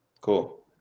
Cool